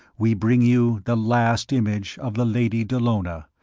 we bring you the last image of the lady dallona,